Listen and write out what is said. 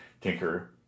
Tinker